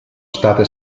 state